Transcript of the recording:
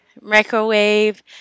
microwave